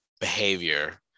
behavior